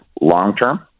long-term